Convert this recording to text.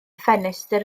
ffenestr